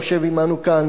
היושב עמנו כאן,